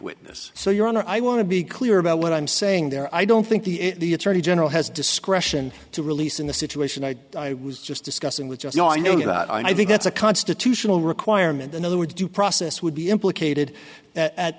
witness so your honor i want to be clear about what i'm saying there i don't think the attorney general has discretion to release in the situation i was just discussing which i know i know that i think that's a constitutional requirement in other words due process would be implicated at